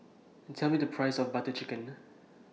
Tell Me The Price of Butter Chicken